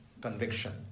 conviction